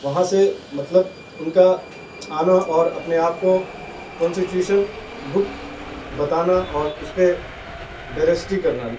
وہاں سے مطلب ان کا آنا اور اپنے آپ کو کنسٹیٹیوشن بک بتانا اور اس پہ بیرسٹری کرنا